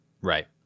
Right